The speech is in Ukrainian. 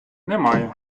немає